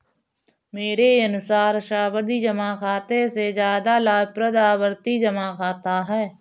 मेरे अनुसार सावधि जमा खाते से ज्यादा लाभप्रद आवर्ती जमा खाता है